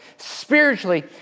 spiritually